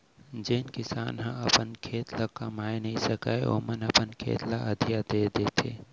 जेन किसान हर अपन खेत ल कमाए नइ सकय ओमन अपन खेत ल अधिया दे देथे